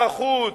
שר החוץ,